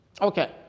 okay